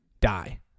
die